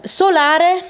solare